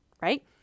right